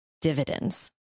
dividends